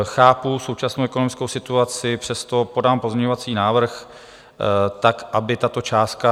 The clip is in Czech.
Chápu současnou ekonomickou situaci, přesto podám pozměňovací návrh tak, aby tato částka...